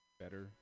better